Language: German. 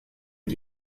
mit